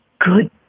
good